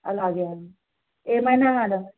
అలాగే అండి ఏమైనా